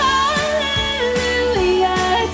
Hallelujah